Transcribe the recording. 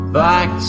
back